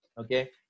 Okay